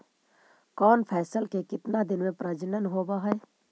कौन फैसल के कितना दिन मे परजनन होब हय?